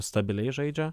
stabiliai žaidžia